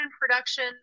production